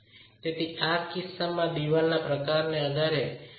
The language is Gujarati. તેથી આ કિસ્સામાં ચણતરના પ્રકારને આધારે 0